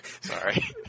Sorry